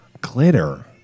glitter